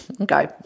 Okay